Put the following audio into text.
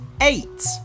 Eight